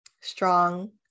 strong